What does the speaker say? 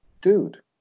dude